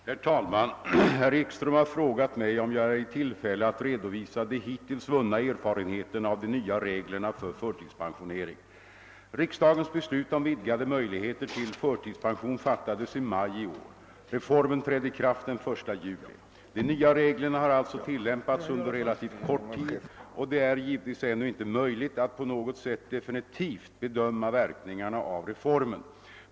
Herr talman! Herr Ekström har frågat mig om jag är i tillfälle att redovisa de hittills vunna erfarenheterna av de nya reglerna för förtidspensionering. Riksdagens beslut om vidgade möjligheter till förtidspension fattades i maj i år. Reformen trädde i kraft den 1 juli. De nya reglerna har alltså tilllämpats under relativt kort tid, och det är givetvis ännu inte möjligt att på något sätt definitivt bedöma verkningarna av reformen.